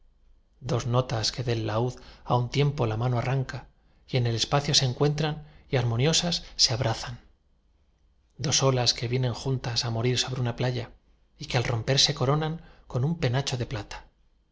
dos notas que del laúd á un tiempo la mano arranca y en el espacio se encuentran y armoniosas se abrazan dos olas que vienen juntas á morir sobre una playa y que al romper se coronan con un penacho de plata